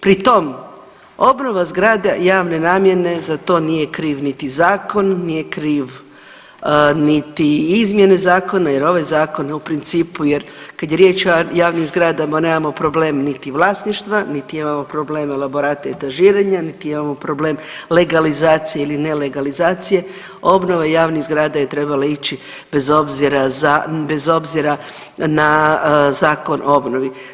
Pritom obnova zgrada javne namjene, za to nije kriv niti zakon niti izmjene zakona jer ovaj zakon u principu jer kad je riječ o javnim zgradama nemamo problem niti vlasništva, niti imamo probleme elaborata i etažiranja niti imamo problem legalizacije ili ne legalizacije, obnova javnih zgrada je trebala ići bez obzira na Zakon o obnovi.